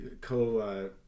co